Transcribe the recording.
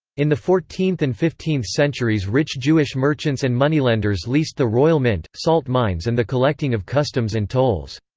in the fourteenth and fifteenth centuries rich jewish merchants and moneylenders leased the royal mint, salt mines and the collecting of customs and tolls.